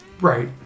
Right